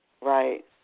Right